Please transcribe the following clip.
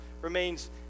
remains